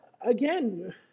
again